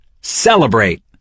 celebrate